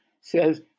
says